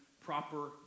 proper